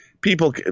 people